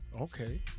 Okay